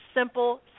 simple